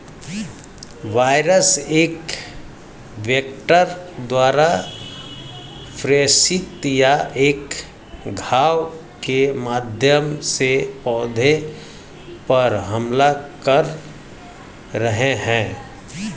virus एक vector द्वारा प्रेषित या एक घाव के माध्यम से पौधे पर हमला कर रहे हैं